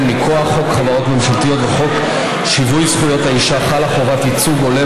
אין הרבה חוקים שכנסת ישראל מובילה